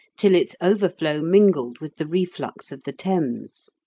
till its overflow mingled with the reflux of the thames.